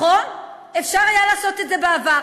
נכון, אפשר היה לעשות את זה בעבר.